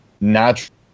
natural